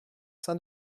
saint